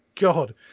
God